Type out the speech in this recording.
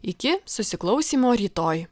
iki susiklausymo rytoj